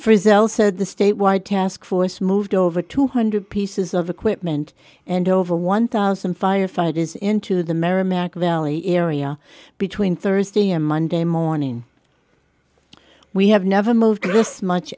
israel said the statewide task force moved over two hundred pieces of equipment and over one thousand firefighters into the merrimack valley area between thursday and monday morning we have never moved this much